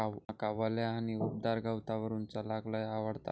माका वल्या आणि उबदार गवतावरून चलाक लय आवडता